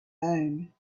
own